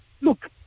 look